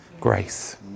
grace